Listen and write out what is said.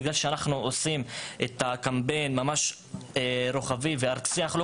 בגלל שאנחנו עושים את הקמפיין רוחבי וארצי אנחנו לא